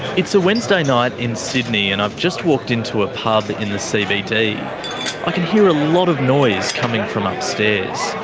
it's a wednesday night in sydney and i've just walked into a pub in the cbd. i can hear a lot of noise coming from upstairs.